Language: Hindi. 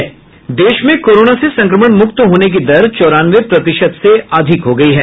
देश में कोरोना से संक्रमण मुक्त होने की दर चौरानवे प्रतिशत से अधिक हो गई है